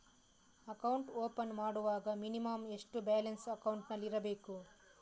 Account open ಮಾಡುವಾಗ minimum ಎಷ್ಟು balance ಅಕೌಂಟಿನಲ್ಲಿ ಇರಬೇಕು?